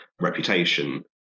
reputation